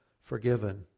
forgiven